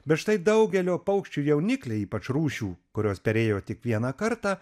bet štai daugelio paukščių jaunikliai ypač rūšių kurios perėjo tik vieną kartą